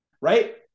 right